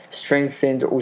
strengthened